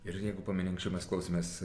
ir jeigu pameni anksčiau mes klausėmės